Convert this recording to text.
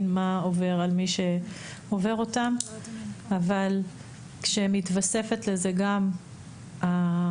מה עובר על מי שעובר אותן אבל כאשר מתווספת לזה גם ההשפלה